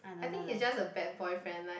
I think he's just a bad boyfriend like